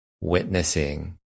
witnessing